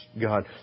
God